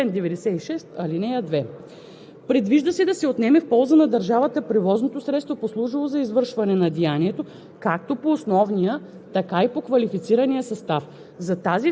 както и да може безспорно да се определи кога съставлява административно нарушение, кога престъпление, сме предприели промени в Закона за автомобилните превози и по-конкретно чл. 96, ал. 2.